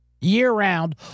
Year-round